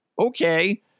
okay